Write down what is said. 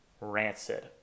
Rancid